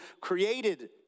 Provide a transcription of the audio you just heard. created